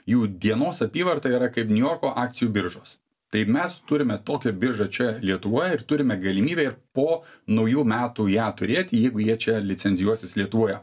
jų dienos apyvarta yra kaip niujorko akcijų biržos tai mes turime tokią biržą čia lietuvoje ir turime galimybę ir po naujų metų ją turėti jeigu jie čia licencijuosis lietuvoje